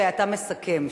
שאתה מסכם,